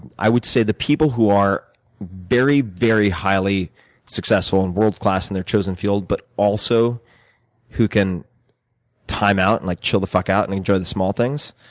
i would say the people who are very, very highly successful and world class in their chosen field, but also who can time out, and like chill the fuck out, and enjoy the small things,